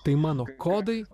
tai mano kodai